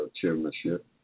chairmanship